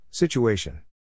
Situation